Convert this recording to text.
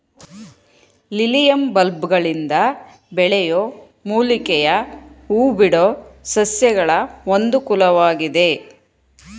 lilium ಬಲ್ಬ್ಗಳಿಂದ ಬೆಳೆಯೋ ಮೂಲಿಕೆಯ ಹೂಬಿಡೋ ಸಸ್ಯಗಳ ಒಂದು ಕುಲವಾಗಿದೆ